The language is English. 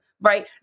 right